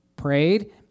Prayed